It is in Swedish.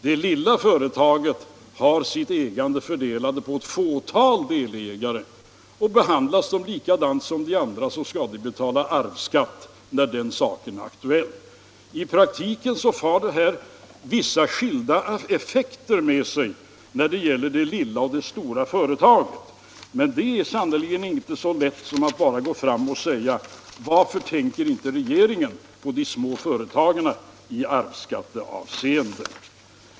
Det lilla företaget har sitt ägande fördelat på ett fåtal delägare, och behandlas de likadant som de andra så skall de betala arvsskatt när den saken är aktuell. I praktiken medför detta vissa skilda effekter när det gäller det lilla och det stora företaget. Men det är sannerligen inte så lätt som att bara gå fram och säga: Varför tänker inte regeringen på de små företagen i arvsskatteavseende?